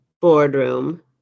Boardroom